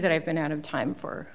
that i've been out of time for